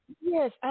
Yes